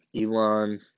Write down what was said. Elon